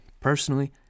personally